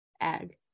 ag